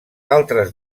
altres